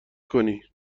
کنی